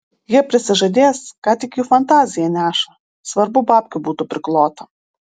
jie prisižadės ką tik jų fantazija neša svarbu babkių būtų priklota